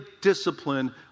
discipline